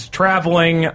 traveling